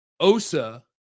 Osa